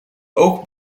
ook